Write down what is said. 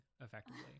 effectively